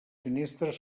finestres